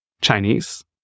Chinese